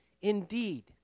indeed